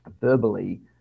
verbally